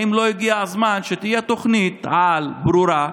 האם לא הגיע הזמן שתהיה תוכנית-על ברורה,